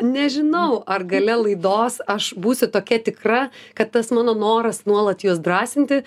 nežinau ar gale laidos aš būsiu tokia tikra kad tas mano noras nuolat juos drąsinti